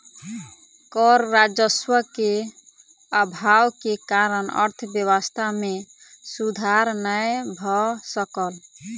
कर राजस्व के अभाव के कारण अर्थव्यवस्था मे सुधार नै भ सकल